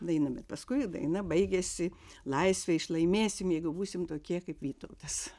daina bet paskui daina baigiasi laisve išlaimėsim jeigu būsim tokie kaip vytautas